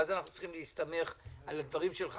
ואז אנחנו צריכים להסתמך על הדברים שלך,